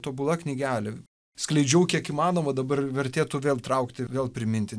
tobula knygelė skleidžiau kiek įmanoma dabar vertėtų vėl traukti vėl priminti